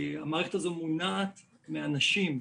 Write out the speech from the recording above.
המערכת הזאת מונעת מאנשים.